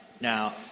Now